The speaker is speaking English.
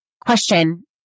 question